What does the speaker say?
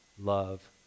love